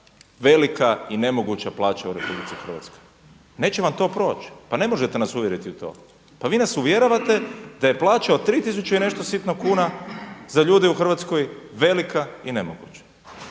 velika i nemoguća plaća u RH. Neće vam to proć. Pa ne možete nas uvjeriti u to. Pa vi nas uvjeravate da je plaća od tri tisuće i nešto sitno kuna za ljude u Hrvatskoj velika i nemoguća.